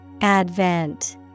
Advent